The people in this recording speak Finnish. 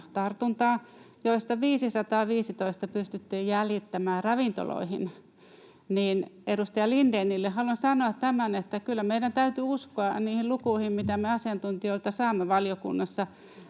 tartuntaa, joista 515 pystyttiin jäljittämään ravintoloihin. Edustaja Lindénille haluan sanoa tämän, että kyllä meidän täytyy uskoa niihin lukuihin, mitä me asiantuntijoilta saamme valiokunnassa.